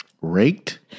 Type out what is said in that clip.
Raked